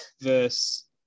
versus